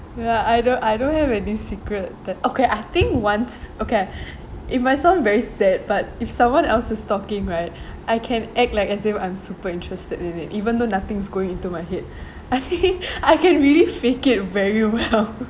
you know I don't I don't have any secret that okay I think once okay if might sound very sad but if someone else is talking right I can act like until I'm super interested in it even though nothing's going into my head I see I can really fake it very well